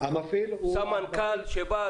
יש סמנכ"ל שבא,